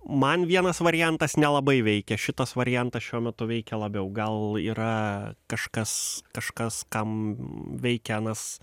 man vienas variantas nelabai veikia šitas variantas šiuo metu veikia labiau gal yra kažkas kažkas kam veikia anas